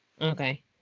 okay